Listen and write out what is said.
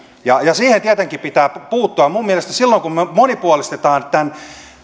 siihen tietenkin pitää puuttua ja minun mielestäni silloin kun me monipuolistamme tämän